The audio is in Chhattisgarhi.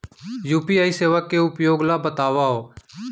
यू.पी.आई सेवा के उपयोग ल बतावव?